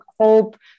hope